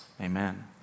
Amen